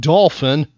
Dolphin